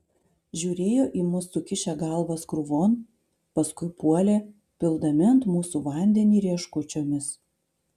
žiūrėjo į mus sukišę galvas krūvon paskui puolė pildami ant mūsų vandenį rieškučiomis